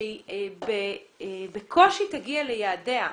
היא בקושי תגיע ליעדיה.